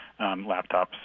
laptops